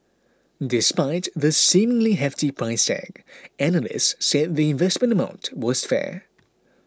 despite the seemingly hefty price tag analysts said the investment amount was fair